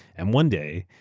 and one day,